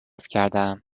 کردهام